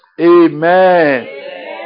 Amen